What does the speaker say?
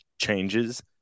changes